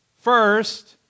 First